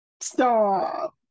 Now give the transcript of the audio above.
Stop